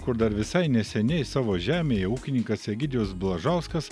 kur dar visai neseniai savo žemėje ūkininkas egidijus blažauskas